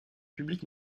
public